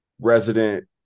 resident